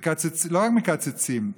לא רק מקצצים,